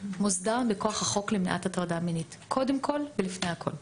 מוסדה בכוח החוק למניעת הטרדה מינית קודם כול ולפני הכול.